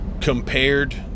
compared